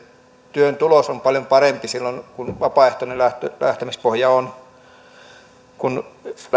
työn tulos on paljon parempi silloin kun on vapaaehtoinen lähtemispohja kun